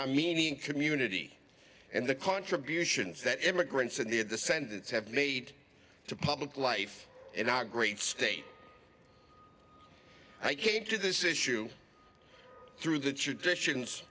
armenian community and the contributions that immigrants and their descendants have made to public life in our great state i came to this issue through the traditions